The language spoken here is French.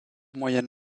moyen